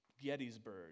Gettysburg